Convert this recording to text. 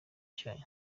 cyanyu